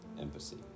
empathy